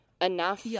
enough